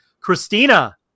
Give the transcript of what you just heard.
Christina